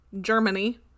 Germany